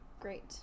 Great